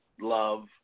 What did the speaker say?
love